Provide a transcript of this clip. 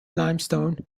limestone